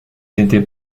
n’était